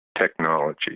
technology